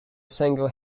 single